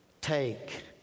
take